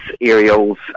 aerials